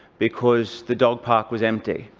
because the dog park was empty,